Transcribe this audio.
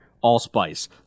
Allspice